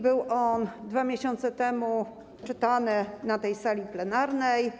Był on 2 miesiące temu czytany na tej sali plenarnej.